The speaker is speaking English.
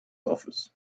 office